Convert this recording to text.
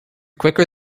quicker